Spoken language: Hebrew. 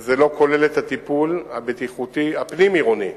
שזה לא כולל את הטיפול הבטיחותי הפנים-עירוני.